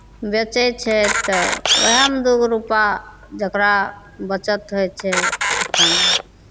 बेचै छै तऽ उएहमे दू गो रुपैआ जकरा बचत होइ छै अपन